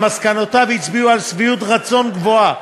שמסקנותיו הצביעו על שביעות רצון גבוהה